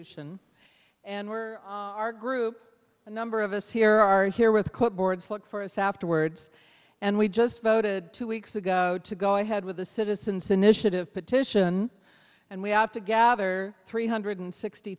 the anwer our group a number of us here are here with clipboards look for us afterwards and we just voted two weeks ago to go ahead with the citizens initiative petition and we have to gather three hundred sixty